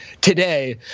today